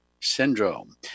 syndrome